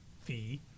fee